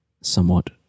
somewhat